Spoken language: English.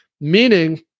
Meaning